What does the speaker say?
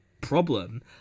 problem